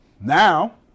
Now